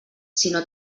sinó